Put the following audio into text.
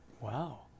Wow